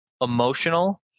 emotional